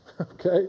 okay